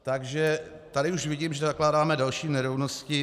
Takže tady už vidím, že zakládáme další nerovnosti.